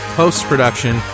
post-production